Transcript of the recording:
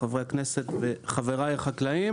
חברי הכנסת וחבריי החקלאים